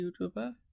YouTuber